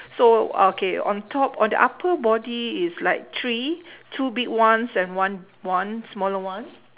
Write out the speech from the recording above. so okay on top on the upper body is like three two big ones and one one smaller one